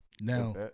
Now